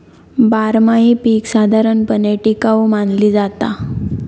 बारमाही पीका साधारणपणे टिकाऊ मानली जाता